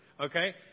okay